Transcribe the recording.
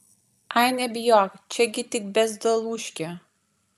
ai nebijok čia gi tik bezdelūškė